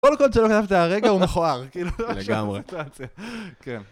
כל הכל שלא כתבתי על רגע ומכוער, כאילו לא היה שם פריטציה, כן.